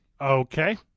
okay